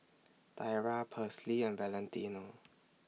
Tyra Persley and Valentino